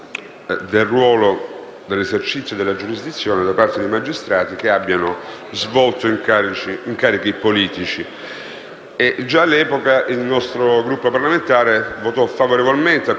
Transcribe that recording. dell'esercizio della giurisdizione da parte di magistrati che abbiano svolto incarichi politici. Già all'epoca il nostro Gruppo parlamentare votò favorevolmente